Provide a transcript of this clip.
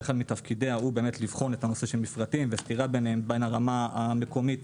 שאחד מתפקידיה הוא לבחון מפרטים וסתירה ביניהם בין הרמה המקומית